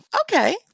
okay